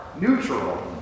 neutral